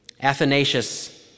Athanasius